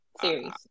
series